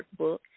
workbook